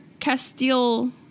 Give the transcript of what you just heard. Castile